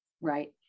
right